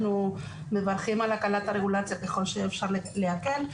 אנחנו מברכים על הקלת הרגולציה ככל שאפשר להקל.